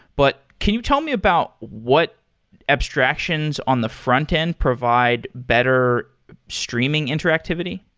but can you tell me about what abstractions on the front-end provide better streaming interactivity?